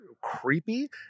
creepy